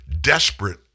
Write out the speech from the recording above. desperate